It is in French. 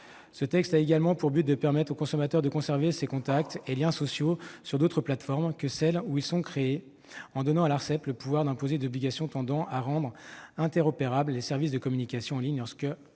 Ce texte a également pour objet de permettre au consommateur de conserver ses contacts et liens sociaux sur d'autres plateformes que celles où ils ont été créés, en donnant à l'Arcep le pouvoir d'imposer des obligations tendant à rendre interopérables les services de communication en ligne lorsque